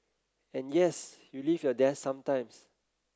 and yes you leave your desk sometimes